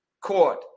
court